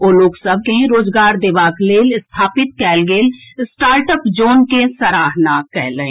ओ लोक सभ के रोजगार देबाक लेल स्थापित कएल गेल स्टार्ट अप जोन के सराहना कयलनि